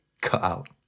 cutout